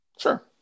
Sure